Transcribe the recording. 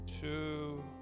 two